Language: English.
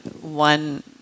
one